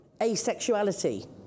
asexuality